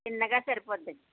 చిన్నగా సరిపోద్దండి